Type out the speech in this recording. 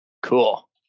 Cool